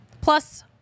plus